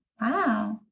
wow